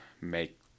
make